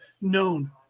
known